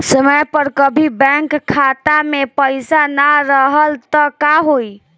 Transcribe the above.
समय पर कभी बैंक खाता मे पईसा ना रहल त का होई?